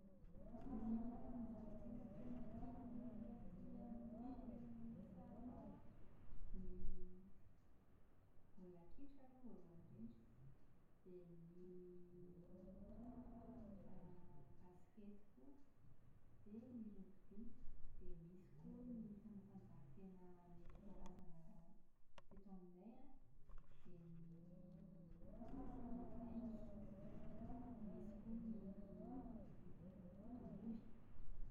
Ny fanatanjahantena tena tian'ny olona aty amin'ny firenena misy ahy atao an, ny v- baolina kitra aloha voalohany indrindra, dia ny > basikety koa, dia ny rugby, dia misy koa ny fantanjahantena nentimpaharazana teto aminay an, dia ny moraingy, misy koa ny tolonomby.